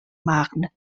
marne